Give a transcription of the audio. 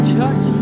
touch